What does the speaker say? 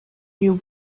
you